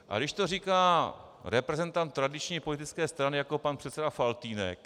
Ale když to říká reprezentant tradiční politické strany jako pan předseda Faltýnek...